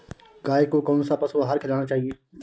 गाय को कौन सा पशु आहार खिलाना चाहिए?